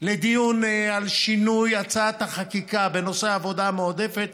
לדיון על שינוי הצעת החקיקה בנושא עבודה מועדפת,